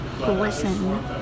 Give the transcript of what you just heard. listen